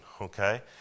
Okay